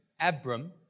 Abram